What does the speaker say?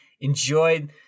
enjoyed